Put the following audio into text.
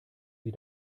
sie